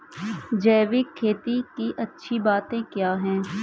जैविक खेती की अच्छी बातें क्या हैं?